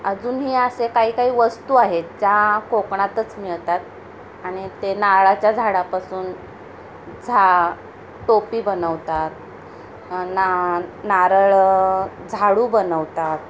अजूनही असे काही काही वस्तू आहेत ज्या कोकणातच मिळतात आणि ते नारळाच्या झाडापासून झा टोपी बनवतात ना नारळ झाडू बनवतात